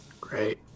Great